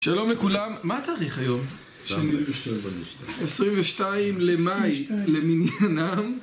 שלום לכולם, מה התאריך היום? 22 למאי, למניינם...